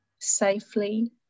safely